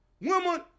women